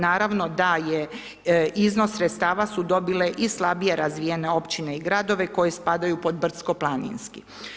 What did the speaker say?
Naravno da je, iznos sredstava su dobile i slabije razvijene općine i gradovi koji spadaju pod brdsko planinski.